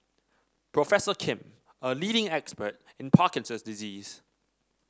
Professor Kim a leading expert in Parkinson's disease